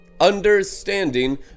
understanding